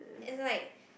and like